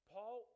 Paul